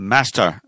Master